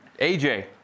AJ